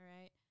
right